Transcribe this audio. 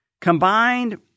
combined